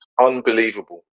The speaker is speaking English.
unbelievable